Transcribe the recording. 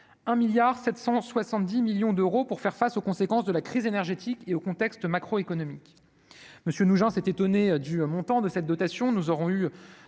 770 millions d'euros pour faire face aux conséquences de la crise énergétique et au contexte macro-économique monsieur nous Jean s'est étonné du montant de cette dotation, nous aurons eu